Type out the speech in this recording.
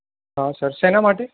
હા સર શેના માટે